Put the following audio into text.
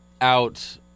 out